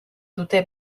dute